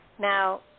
Now